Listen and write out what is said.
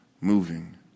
moving